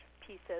pieces